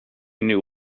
knew